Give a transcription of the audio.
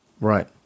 Right